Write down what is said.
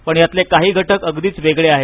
पण यातले काही घटक अगदीच वेगळे आहेत